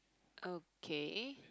okay